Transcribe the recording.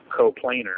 coplanar